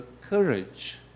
courage